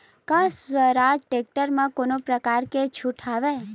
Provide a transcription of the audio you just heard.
का स्वराज टेक्टर म कोनो प्रकार के छूट हवय?